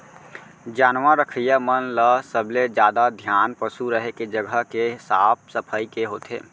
जानवर रखइया मन ल सबले जादा धियान पसु रहें के जघा के साफ सफई के होथे